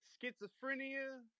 Schizophrenia